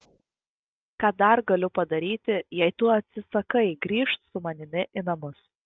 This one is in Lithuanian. ką dar galiu padaryti jei tu atsisakai grįžt su manimi į namus